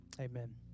amen